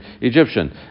Egyptian